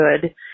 good